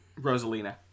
rosalina